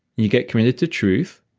you get committed to truth